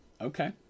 okay